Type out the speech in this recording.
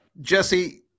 Jesse